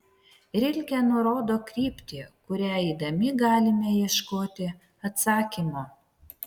rilke nurodo kryptį kuria eidami galime ieškoti atsakymo